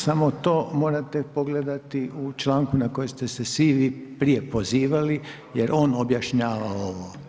Samo to morate pogledati u članku na koji ste se svi vi prije pozivali, jer on objašnjava ovo.